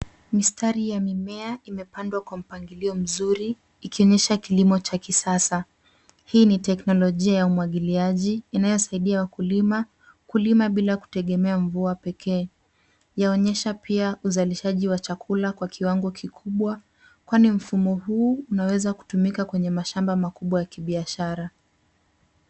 Mistari ya mimea imepandwa kwa mpangilio mzuri ikionyesha kilimo cha kisasa. Hii ni teknolojia ya umwagiliaji inayosaidia wakulima kulima bila kutegemea mvua pekee. Yaonyesha pia uzalishaji wa chakula kwa kiwango kikubwa kwani mfumo huu unaweza kutumika kwenye mashamba makubwa ya kibiashara.